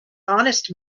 honest